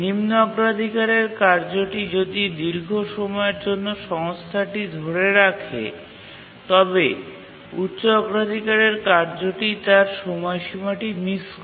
নিম্ন অগ্রাধিকারের কার্যটি যদি দীর্ঘ সময়ের জন্য সংস্থানটি ধরে রাখে তবে উচ্চ অগ্রাধিকারের কার্যটি তার সময়সীমাটি মিস করে